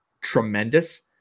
tremendous